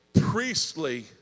priestly